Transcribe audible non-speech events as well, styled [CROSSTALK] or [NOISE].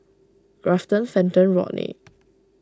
Grafton Fenton Rodney [NOISE]